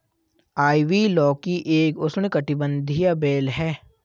ivy लौकी एक उष्णकटिबंधीय बेल है